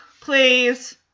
please